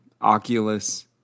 Oculus